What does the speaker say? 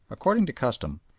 according to custom,